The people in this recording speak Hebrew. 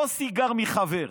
לא סיגר מחבר,